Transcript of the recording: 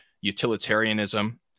utilitarianism